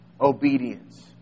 obedience